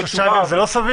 שלושה ימים זה לא סביר?